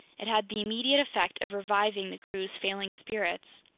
it had the immediate effect of reviving the crew's failing spirits.